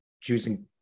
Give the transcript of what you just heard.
choosing